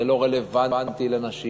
זה לא רלוונטי לנשים.